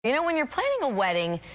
you know when you're planning a wedding,